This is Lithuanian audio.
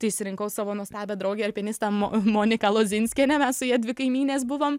tai išsirinkau savo nuostabią draugę alpinistę mo moniką lozinskienę mes su ja dvi kaimynės buvom